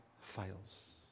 fails